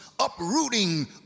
uprooting